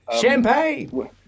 Champagne